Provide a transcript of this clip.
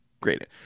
Great